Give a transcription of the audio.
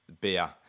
beer